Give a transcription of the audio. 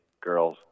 girls